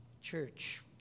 church